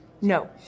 No